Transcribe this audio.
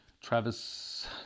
Travis